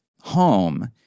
home